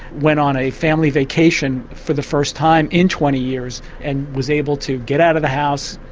went on a family vacation for the first time in twenty years and was able to get out of the house,